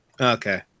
Okay